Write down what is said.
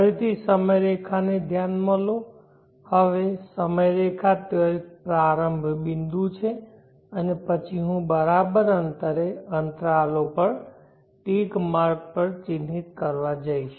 ફરીથી સમયરેખાને ધ્યાનમાં લો હવે સમયરેખા ત્યાં એક પ્રારંભ બિંદુ છે અને પછી હું બરાબર અંતરે અંતરાલો પર ટીક માર્ક પર ચિહ્નિત કરવા જઈશ